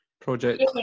project